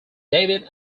david